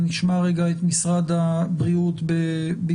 אני אשמע רגע את משרד הבריאות במהירות.